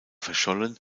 verschollen